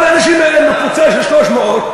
אבל האנשים האלה מקבוצה של 300,